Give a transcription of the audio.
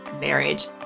marriage